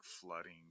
flooding